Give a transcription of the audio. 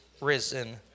risen